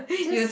just